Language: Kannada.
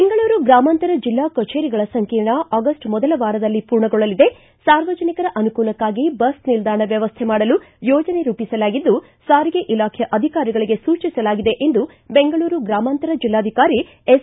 ಬೆಂಗಳೂರು ಗ್ರಾಮಾಂತರ ಜಿಲ್ಲಾ ಕಚೇರಿಗಳ ಸಂಕೀರ್ಣ ಆಗಸ್ಟ್ ಮೊದಲ ವಾರದಲ್ಲಿ ಪೂರ್ಣಗೊಳ್ಳಲಿದೆ ಸಾರ್ವಜನಿಕರ ಅನುಕೂಲಕ್ಕಾಗಿ ಬಸ್ ನಿಲ್ದಾಣ ವ್ಯವಸ್ಥೆ ಮಾಡಲು ಯೋಜನೆ ರೂಪಿಸಲಾಗಿದ್ದು ಸಾರಿಗೆ ಇಲಾಖೆಯ ಅಧಿಕಾರಿಗಳಿಗೆ ಸೂಚಿಸಲಾಗಿದೆ ಎಂದು ಬೆಂಗಳೂರು ಗ್ರಾಮಾಂತರ ಜಿಲ್ಲಾಧಿಕಾರಿ ಎಸ್